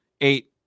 eight